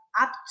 up